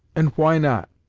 and why not?